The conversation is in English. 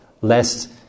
lest